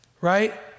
right